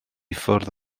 ffwrdd